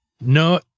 No